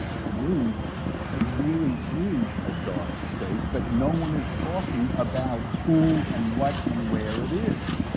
to me there really is a dark state, but no one is talking about who and what and where it is,